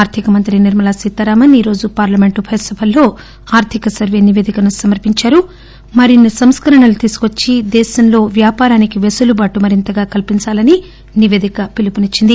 ఆర్థిక మంత్రి నిర్మల సీతారామన్ ఈరోజు పార్లమెంటు ఉభయసభల్లో ఆర్థిక సర్వే నివేదికను సమర్పించారు మరిన్సి సంస్కరణలు తీసుకొచ్చి దేశంలో వ్యాపారానికి వెసులుబాటు మరింతగా కల్పించాలని నిపేదిక పిలుపునిచ్చింది